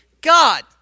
God